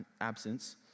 absence